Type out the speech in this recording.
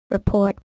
Report